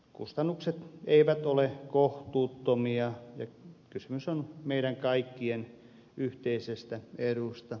kustannukset eivät ole kohtuuttomia ja kysymys on meidän kaikkien yhteisestä edusta